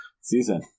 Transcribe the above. season